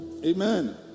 Amen